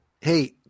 Hey